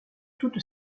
toutes